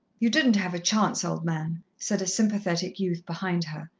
you didn't have a chance, old man, said a sympathetic youth behind her.